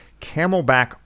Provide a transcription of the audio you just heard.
Camelback